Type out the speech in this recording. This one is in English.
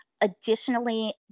Additionally